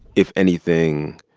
if anything,